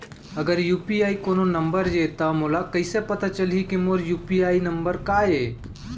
अगर यू.पी.आई कोनो नंबर ये त मोला कइसे पता चलही कि मोर यू.पी.आई नंबर का ये?